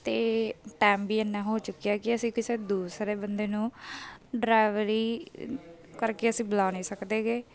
ਅਤੇ ਟਾਈਮ ਵੀ ਇੰਨਾ ਹੋ ਚੁੱਕਿਆ ਹੈ ਕਿ ਅਸੀਂ ਕਿਸੇ ਦੂਸਰੇ ਬੰਦੇ ਨੂੰ ਡਰਾਈਵਰੀ ਕਰਕੇ ਅਸੀਂ ਬੁਲਾ ਨਹੀਂ ਸਕਦੇ ਗੇ